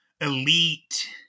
Elite